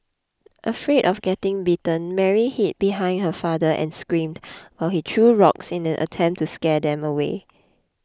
afraid of getting bitten Mary hid behind her father and screamed while he threw rocks in an attempt to scare them away